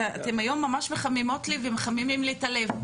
היום אתם ממש מחממות לי ומחממים לי את הלב.